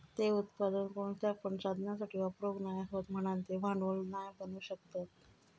ते उत्पादन कोणत्या पण साधनासाठी वापरूक नाय हत म्हणान ते भांडवल नाय बनू शकत